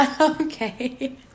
Okay